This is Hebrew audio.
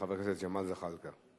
חבר הכנסת ג'מאל זחאלקה.